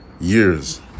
years